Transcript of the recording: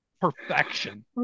perfection